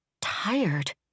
tired